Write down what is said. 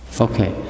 Okay